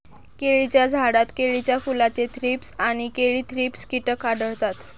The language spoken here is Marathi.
केळीच्या झाडात केळीच्या फुलाचे थ्रीप्स आणि केळी थ्रिप्स कीटक आढळतात